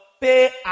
pay